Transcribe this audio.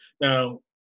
Now